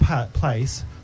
place